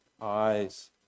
eyes